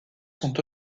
sont